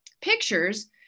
pictures